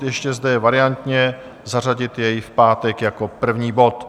Ještě zde je variantně zařadit jej v pátek jako první bod.